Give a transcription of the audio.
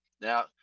Now